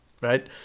right